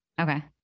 Okay